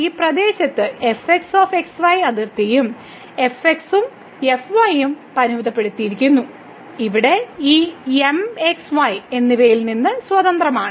ആ പ്രദേശത്തെ fxx y അതിർത്തിയും fx ഉം fy പരിമിതപ്പെടുത്തിയിരിക്കുന്നു ഇവിടെ ഈ M x y എന്നിവയിൽ നിന്ന് സ്വതന്ത്രമാണ്